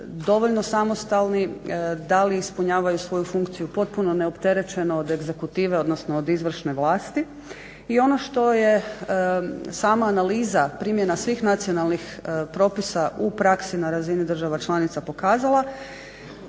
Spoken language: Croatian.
dovoljno samostalni, da li ispunjavaju svoju funkciju potpuno neopterećeno od egzekutive, odnosno od izvršne vlasti. I ono što je sama analiza primjena svih nacionalnih propisa u praksi na razini država članica pokazala